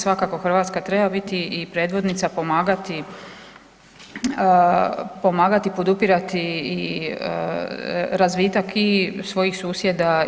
Svakako Hrvatska treba biti i predvodnica pomagati, podupirati razvitak i svojih susjeda.